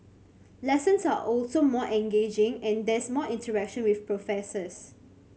lessons are also more engaging and there's more interaction with professors